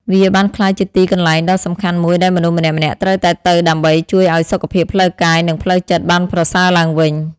វាបានក្លាយជាទីកន្លែងដ៏សំខាន់មួយដែលមនុស្សម្នាក់ៗត្រូវតែទៅដើម្បីជួយឱ្យសុខភាពផ្លូវកាយ និងផ្លូវចិត្តបានប្រសើរឡើងវិញ។